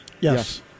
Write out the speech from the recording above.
Yes